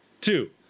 two